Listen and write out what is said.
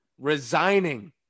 resigning